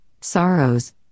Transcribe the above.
sorrows